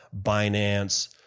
Binance